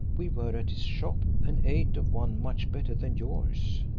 we were at his shop, and ate of one much better than yours.